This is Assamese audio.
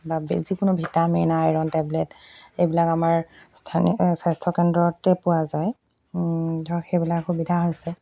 বা যিকোনো ভিটামিন আইৰণ টেবলেট এইবিলাক আমাৰ স্থানীয় স্বাস্থ্যকেন্দ্ৰতে পোৱা যায় ধৰক সেইবিলাক সুবিধা হৈছে